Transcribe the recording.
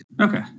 Okay